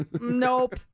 nope